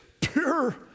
pure